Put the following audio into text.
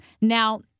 Now